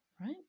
right